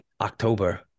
October